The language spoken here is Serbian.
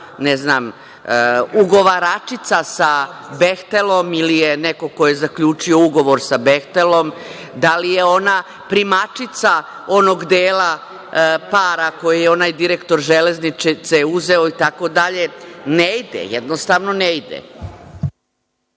ne znam, ugovaračica sa „Behtelom“ ili je neko ko je zaključio ugovor sa „Behtelom“? Da li je ona primačica onog dela para koje je onaj direktor „Železnice“ uzeo itd? Ne ide, jednostavno ne ide.